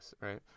Right